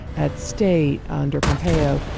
at state under pompeo,